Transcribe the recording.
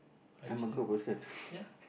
I'm a good person